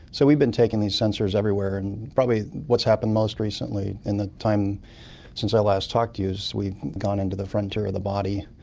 so we've been taking these sensors everywhere, and probably what's happened most recently in the time since i last talked to you is we've gone into the frontier of the body,